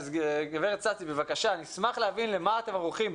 גברת סאסי, בבקשה, נשמח להבין למה אתם ערוכים.